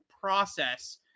process